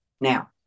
Now